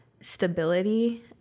stability